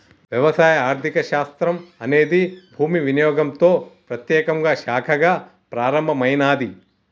వ్యవసాయ ఆర్థిక శాస్త్రం అనేది భూమి వినియోగంతో ప్రత్యేకంగా శాఖగా ప్రారంభమైనాది